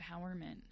empowerment